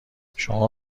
شما